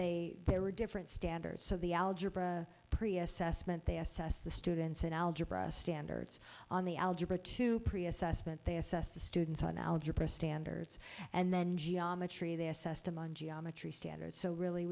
they there are different standards so the algebra prius assessment they assessed the students in algebra standards on the algebra two previous us spent they assessed the students on algebra standards and then geometry they assessed them on geometry standards so really